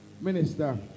Minister